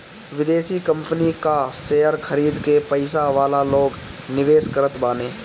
विदेशी कंपनी कअ शेयर खरीद के पईसा वाला लोग निवेश करत बाने